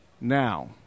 Now